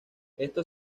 esto